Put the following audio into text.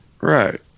right